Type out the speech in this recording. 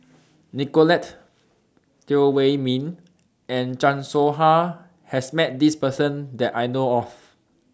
Nicolette Teo Wei Min and Chan Soh Ha has Met This Person that I know of